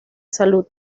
salud